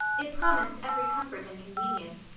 it promised every comfort and convenience,